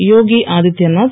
Yogi Adityanath